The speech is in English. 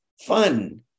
fun